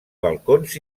balcons